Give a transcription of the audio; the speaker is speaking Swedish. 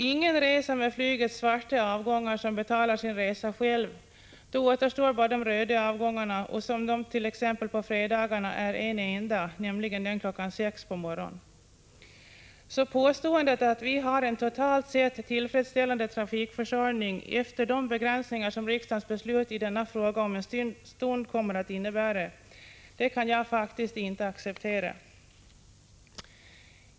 Ingen som betalar sin resa själv reser med flygets svarta avgångar. Då återstår bara de röda avgångarna, och på fredagar t.ex. finns bara en enda sådan, nämligen den kl. 6 på morgonen. Påståendet att vi har en totalt sett tillfredsställande trafikförsörjning, efter de begränsningar som riksdagens beslut i denna fråga om en stund kommer att innebära, kan jag faktiskt inte acceptera.